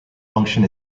function